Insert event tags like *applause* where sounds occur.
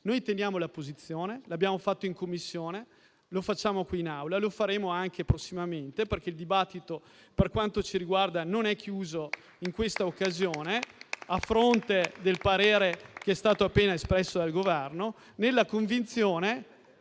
noi teniamo la posizione, l'abbiamo fatto in Commissione, lo facciamo in Aula e lo faremo anche prossimamente perché il dibattito per quanto ci riguarda non è chiuso in questa occasione, *applause* a fronte del parere che è stato appena espresso dal Governo, nella convinzione